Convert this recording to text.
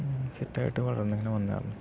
സെറ്റായിട്ട് വളർന്ന് ഇങ്ങനെ വന്നതാണ്